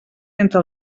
entre